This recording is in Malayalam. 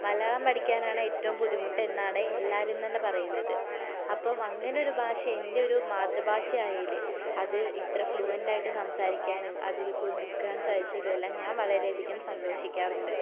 മലയാളം പഠിക്കാനാണ് ഏറ്റവും ബുദ്ധിട്ടെന്നാണ് എല്ലാവരും തന്നെ പറയുന്നത് അപ്പം അങ്ങനെയൊരു ഭാഷ എൻ്റെ ഒരു മാതൃഭാഷ ആയതിൽ അത് ഇത്ര ഫ്ലുവെൻ്റായിട്ട് സംസാരിക്കാനും അതിൽ നിൽക്കാൻ സാധിച്ചതിലും എല്ലാം ഞാൻ വളരെയധികം സന്തോഷിക്കാറുണ്ട്